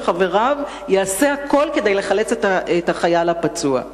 חבריו ייעשה הכול כדי לחלץ את החייל הפצוע,